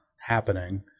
happening